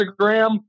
Instagram